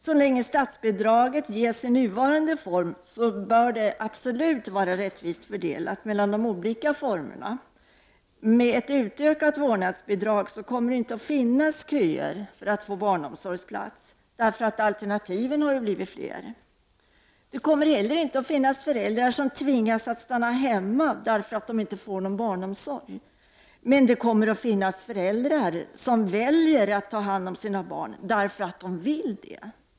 Så länge statsbidraget ges i nuvarande form bör det absolut vara rättvist fördelat mellan olika former av barnomsorg. Med ett utökat vårdnadsbidrag kommer det inte att finnas köer för att få barnsomsorgsplats då alternativen har blivit flera. Det kommer inte heller att finnas föräldrar som tvingas stanna hemma därför att de inte får någon barnomsorg, men det kommer att finnas föräldrar som väljer att ta hand om sina barn därför att de vill göra det.